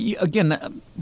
again